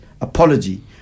apology